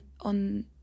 on